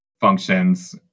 functions